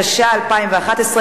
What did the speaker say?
התשע"א 2011,